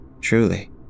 truly